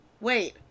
Wait